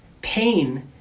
pain